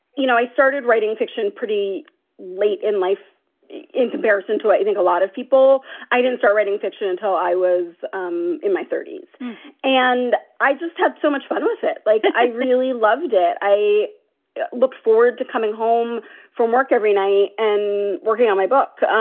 you know, i started writing fiction pretty late in life in comparison to, i think, a lot of people. i didn't start writing fiction until i was um in my thirties and i just had so much fun with it. like i really loved it. i look forward to coming home from work every night and working on my book.